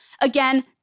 again